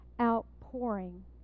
outpouring